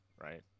right